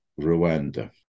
Rwanda